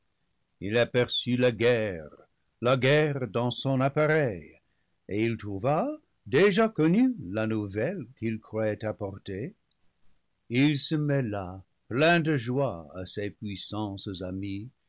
il aperçut la guerre la guerre dans son appareil et il trouva déjà connue la nouvelle qu'il croyait apporter il se mêla plein de joie à ces puissances amies